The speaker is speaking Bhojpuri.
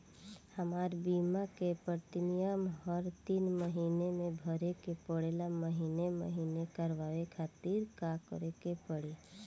हमार बीमा के प्रीमियम हर तीन महिना में भरे के पड़ेला महीने महीने करवाए खातिर का करे के पड़ी?